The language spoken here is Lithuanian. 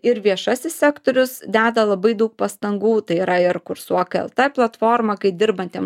ir viešasis sektorius deda labai daug pastangų tai yra ir kursuok lt platforma kai dirbantiem